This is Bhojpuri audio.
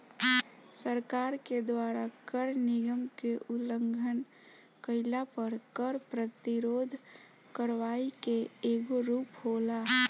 सरकार के द्वारा कर नियम के उलंघन कईला पर कर प्रतिरोध करवाई के एगो रूप होला